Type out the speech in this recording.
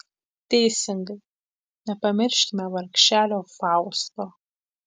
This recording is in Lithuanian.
teisingai nepamirškime vargšelio fausto